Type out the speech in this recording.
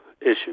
issue